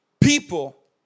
people